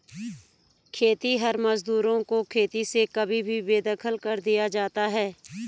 खेतिहर मजदूरों को खेती से कभी भी बेदखल कर दिया जाता है